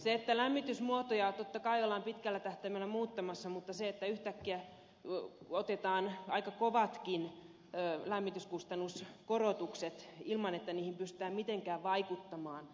lämmitysmuotoja totta kai ollaan pitkällä tähtäimellä muuttamassa mutta yhtäkkiä otetaan aika kovatkin lämmityskustannuskorotukset ilman että niihin pystytään mitenkään vaikuttamaan